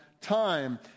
time